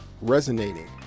resonating